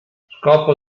scopo